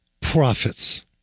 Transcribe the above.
profits